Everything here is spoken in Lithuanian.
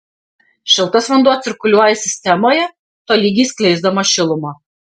šiltas vanduo cirkuliuoja sistemoje tolygiai skleisdamas šilumą